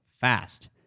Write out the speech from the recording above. fast